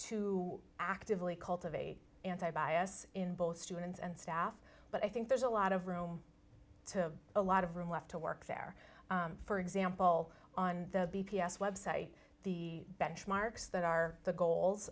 to actively cultivate anti bias in both students and staff but i think there's a lot of room to a lot of room left to work there for example on the b p s website the benchmarks that are the goals